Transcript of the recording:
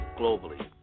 Globally